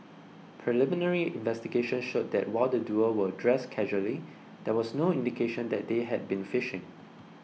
preliminary investigations showed that while the duo were dressed casually there was no indication that they had been fishing